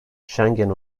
schengen